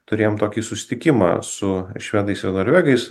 turėjom tokį susitikimą su švedais ir norvegais